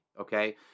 okay